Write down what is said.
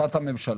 החלטת הממשלה.